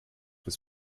was